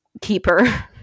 keeper